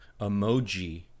emoji